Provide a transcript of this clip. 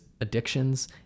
addictions